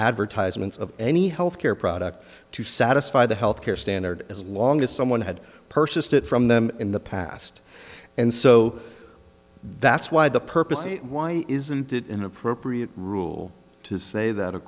advertisements of any health care product to satisfy the health care standard as long as someone had purchased it from them in the past and so that's why the purpose why isn't it inappropriate rule to say that a